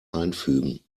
einfügen